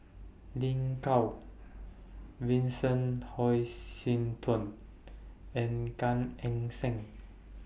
Lin Gao Vincent Hoisington and Gan Eng Seng